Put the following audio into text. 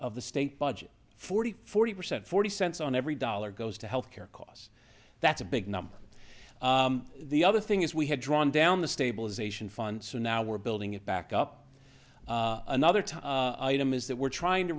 of the state budget forty forty percent forty cents on every dollar goes to health care costs that's a big number the other thing is we had drawn down the stabilization fund so now we're building it back up another time is that we're trying to